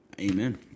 Amen